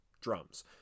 drums